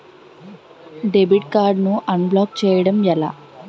Debit card ను unblock block చేయటం ఎలా?